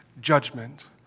judgment